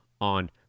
on